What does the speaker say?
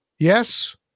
Yes